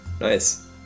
Nice